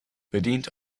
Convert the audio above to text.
bedient